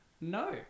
no